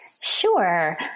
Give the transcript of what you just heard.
Sure